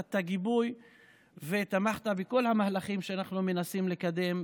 נתת גיבוי ותמכת בכל המהלכים שאנחנו מנסים לקדם.